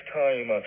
time